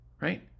right